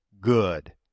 good